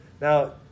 Now